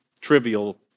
trivial